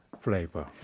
flavor